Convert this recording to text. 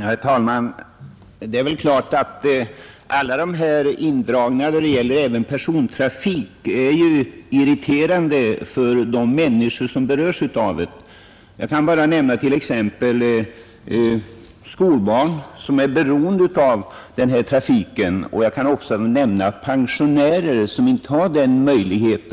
Herr talman! Det är klart att alla dessa indragningar när det gäller även persontrafik är irriterande för de människor som berörs. Jag kan som exempel nämna skolbarn, som är beroende av denna trafik, och även pensionärer som kanske inte har möjlighet